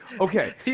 okay